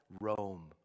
Rome